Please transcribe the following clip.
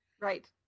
right